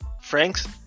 Franks